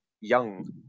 young